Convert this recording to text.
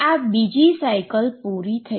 આ બીજી સાઈકલ પૂર્ણ થઈ